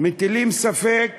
מטילים ספק